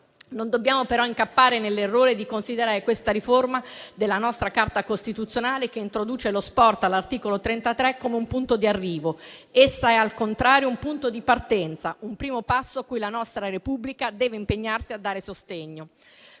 Non dobbiamo però incappare nell'errore di considerare questa riforma della nostra Carta costituzionale, che introduce lo sport all'articolo 33, come un punto di arrivo. Essa è, al contrario, un punto di partenza, un primo passo a cui la nostra Repubblica deve impegnarsi a dare sostegno.